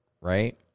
right